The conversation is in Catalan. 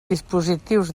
dispositius